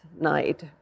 night